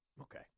Okay